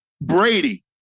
Brady